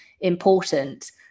important